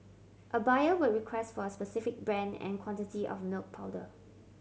a buyer would request for a specific brand and quantity of milk powder